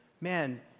Man